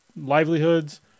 livelihoods